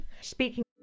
Speaking